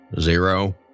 zero